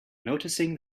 noticing